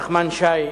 חבר הכנסת נחמן שי,